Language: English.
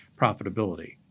profitability